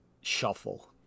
Shuffle